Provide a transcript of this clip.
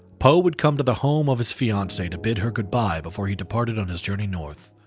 poe would come to the home of his fiancee to bid her goodbye before he departed on his journey north,